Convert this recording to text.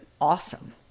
awesome